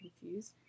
confused